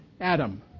Adam